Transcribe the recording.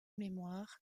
mémoires